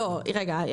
לא רגע,